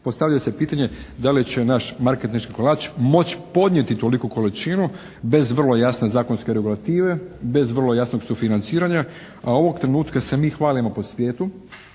Postavlja se pitanje da li će naš marketinški kolač moći podnijeti toliku količinu bez vrlo jasne zakonske regulative, bez vrlo jasnog sufinanciranja, a ovog trenutka se mi hvalimo po svijetu